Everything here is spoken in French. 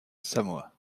samoa